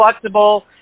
flexible